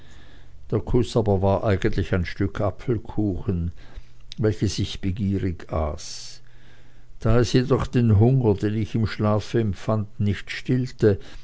der kuß war aber eigentlich ein stück apfelkuchen welches ich begierig aß da es jedoch den hunger den ich im schlafe empfand nicht stillte